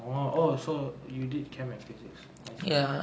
oh orh so you did chem and physics I see